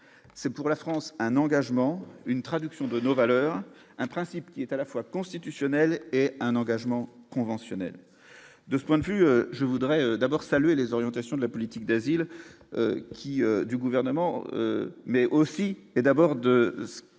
c'est pour la France un engagement, une traduction de nos valeurs, un principe qui est à la fois constitutionnel et un engagement conventionnel de ce point de vue, je voudrais d'abord saluer les orientations de la politique d'asile qui du gouvernement mais aussi et d'abord de,